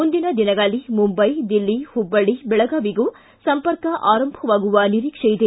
ಮುಂದಿನ ದಿನಗಳಲ್ಲಿ ಮುಂದೈ ದಿಲ್ಲಿ ಹುಬ್ಬಳ್ಳ ಬೆಳಗಾವಿಗೂ ಸಂಪರ್ಕ ಆರಂಭವಾಗುವ ನಿರೀಕ್ಷೆ ಇದೆ